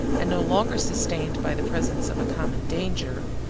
and no longer sustained by the presence of a common danger,